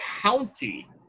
county